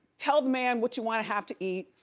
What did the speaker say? tell the man what you wanna have to eat,